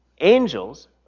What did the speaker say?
angels